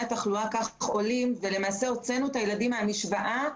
התחלואה עולים כאשר למעשה הוצאנו את הילדים מהמשוואה.